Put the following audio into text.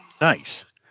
Nice